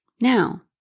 Now